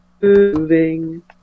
Moving